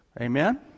Amen